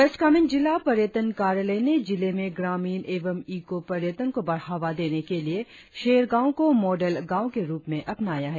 waste Kameng जिला पर्यटन कार्यालय ने जिले में ग्रामीण एवं इको पर्यटन को बढ़ावा देने के लिए शेरगांव को मॉडल गांव के रुप में अपनाया है